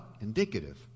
Indicative